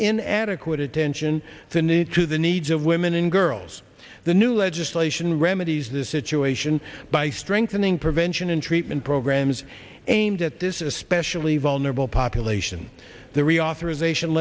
in adequate attention to the need to the needs of women and girls the new legislation remedies the situation by strengthening prevention and treatment programs aimed at this especially vulnerable population the reauthorization